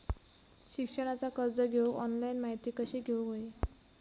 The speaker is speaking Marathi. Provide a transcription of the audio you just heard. शिक्षणाचा कर्ज घेऊक ऑनलाइन माहिती कशी घेऊक हवी?